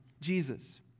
Jesus